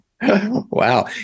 Wow